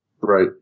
Right